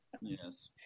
Yes